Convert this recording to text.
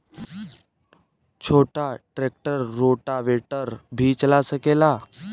छोटा tractor rotavator भी चला सकेला?